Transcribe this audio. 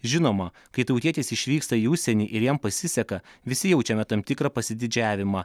žinoma kai tautietis išvyksta į užsienį ir jam pasiseka visi jaučiame tam tikrą pasididžiavimą